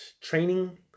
training